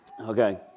Okay